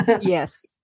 Yes